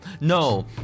No